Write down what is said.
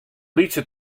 lytse